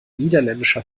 niederländischer